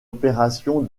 opération